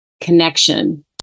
connection